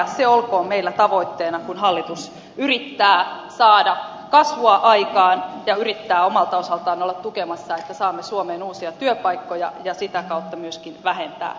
se olkoon meillä tavoitteena kun hallitus yrittää saada kasvua aikaan ja yrittää omalta osaltaan olla tukemassa että saamme suomeen uusia työpaikkoja ja sitä kautta myöskin vähennetään työttömyyttä